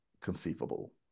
conceivable